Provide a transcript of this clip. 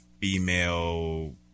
female